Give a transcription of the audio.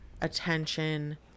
attention